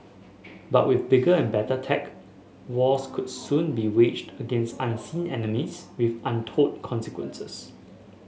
but with bigger and better tech wars could soon be waged against unseen enemies with untold consequences